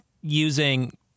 using